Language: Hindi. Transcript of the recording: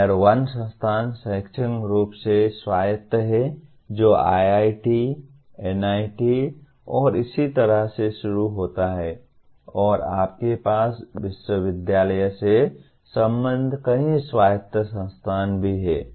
Tier 1 संस्थान शैक्षणिक रूप से स्वायत्त है जो IIT NIT और इसी तरह से शुरू होता है और आपके पास विश्वविद्यालय से संबद्ध कई स्वायत्त संस्थान भी हैं